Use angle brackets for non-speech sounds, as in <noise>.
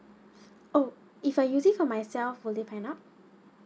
<breath> oh if I using for myself would they find out